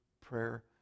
prayer